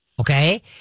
okay